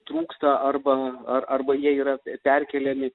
trūksta arba ar arba jie yra perkeliami